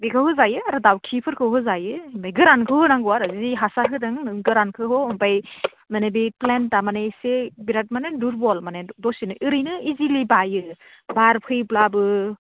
बेखौ होजायो आरो दाउखिफोरखौ होजायो ओमफ्राय गोरानखौ होनांगौ आरो जि हासार होदों नों गोरानखौ हो ओमफ्राय माने बे फ्लेन्टआ माने इसे बिराद माने दुरबल माने दसेनो ओरैनो इजिलि बायो बार फैब्लाबो